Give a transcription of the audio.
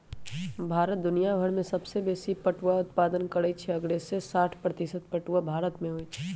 भारत दुनियाभर में सबसे बेशी पटुआ उत्पादन करै छइ असग्रे साठ प्रतिशत पटूआ भारत में होइ छइ